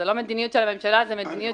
זו לא מדיניות של הממשלה, זו מדיניות האוצר.